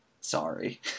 sorry